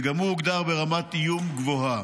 וגם הוא הוגדר ברמת איום גבוהה.